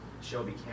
Shelby